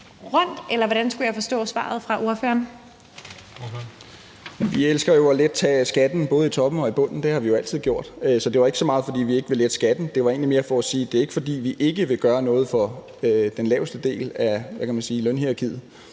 Vi elsker jo at lette skatten, både i toppen og i bunden. Det har vi jo altid gjort, så det er ikke så meget, fordi vi ikke vil lette skatten; det var egentlig mere for at sige, at det ikke er, fordi vi ikke vil gøre noget for dem, der tilhører den laveste del af lønhierarkiet.